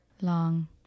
long